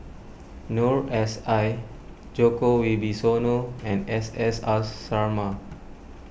Noor S I Djoko Wibisono and S S R Sarma